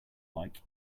like